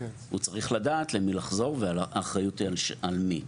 הוא צריך לדעת למי לחזור והאחריות היא על מי?